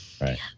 Right